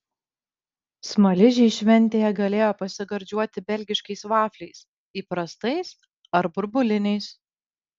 smaližiai šventėje galėjo pasigardžiuoti belgiškais vafliais įprastais ar burbuliniais